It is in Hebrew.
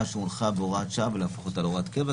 שהונחה בהוראת שעה ולהפוך אותה להוראת קבע,